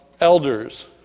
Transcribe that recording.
elders